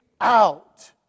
out